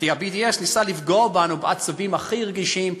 כי ה-BDS ניסה לפגוע בנו בעצבים הכי רגישים.